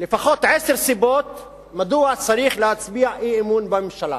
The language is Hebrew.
לפחות עשר סיבות מדוע צריך להצביע אי-אמון בממשלה.